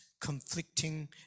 conflicting